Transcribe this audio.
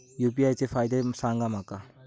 UPI चे फायदे सांगा माका?